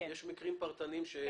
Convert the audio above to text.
יש מקרים פרטניים שצריך לפתור.